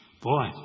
boy